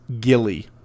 Gilly